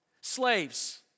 slaves